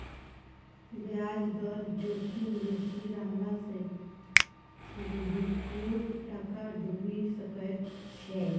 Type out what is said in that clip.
ब्याज दर जोखिम बेसी रहला सँ गहिंकीयोक टाका डुबि सकैत छै